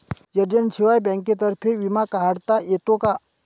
एजंटशिवाय बँकेतर्फे विमा काढता येतो का?